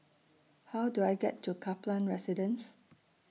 How Do I get to Kaplan Residence